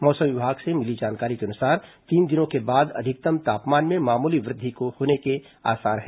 मौसम विभाग से मिली जानकारी के अनुसार तीन दिनों के बाद अधिकतम तापमान में मामूली वृद्धि होने के आसार हैं